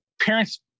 parents